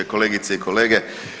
Kolegice i kolege.